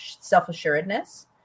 self-assuredness